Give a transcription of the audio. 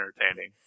entertaining